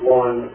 one